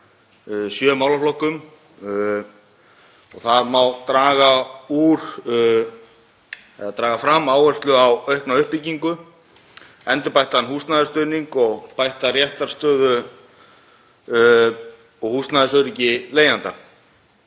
sjö málaflokkum. Það má draga fram áherslu á aukna uppbyggingu, endurbættan húsnæðisstuðning og bætta réttarstöðu og húsnæðisöryggi leigjenda.